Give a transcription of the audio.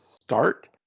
start